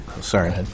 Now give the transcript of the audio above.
Sorry